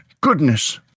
goodness